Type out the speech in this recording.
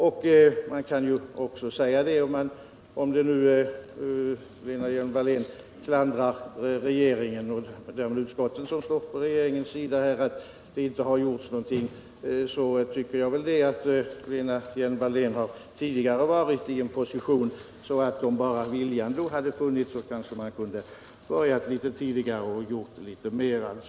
När Lena Hjelm-Wallén klandrar regeringen och dömer utskottet, som står på regeringens sida, för att det inte har gjorts någonting, vill jag påpeka att Lena Hjelm-Wallén tidigare varit i en annan position och att man, om bara viljan hade funnits, kanske hade kunnat börja litet tidigare och göra litet mer.